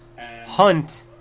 hunt